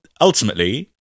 Ultimately